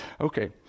okay